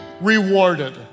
Rewarded